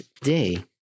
day